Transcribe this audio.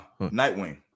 nightwing